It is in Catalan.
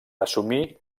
assumir